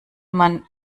man